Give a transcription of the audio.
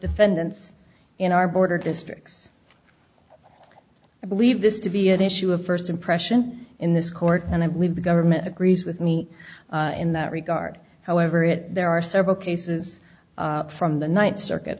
defendants in our border districts i believe this to be an issue of first impression in this court and i believe the government agrees with me in that regard however it there are several cases from the ninth circuit